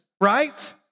right